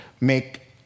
make